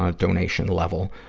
ah donation level.